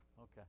Okay